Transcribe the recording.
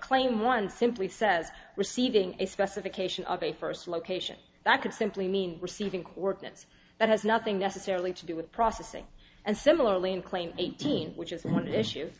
claim one simply says receiving a specification of a first location that could simply mean receiving quirkiness that has nothing necessarily to do with processing and similarly in claim eighteen which is one issue of